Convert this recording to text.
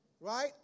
Right